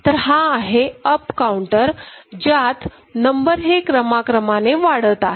तर हा आहे अप काउंटर ज्यात नंबर हे क्रमाक्रमाने वाढत आहेत